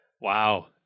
Wow